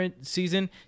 season